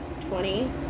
twenty